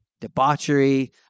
debauchery